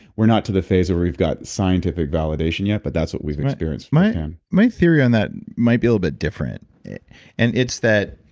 we're not to the phase where we've got scientific validation yet, but that's what we've experienced. my um my theory on that might be a little bit different, and it's that